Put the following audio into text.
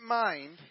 mind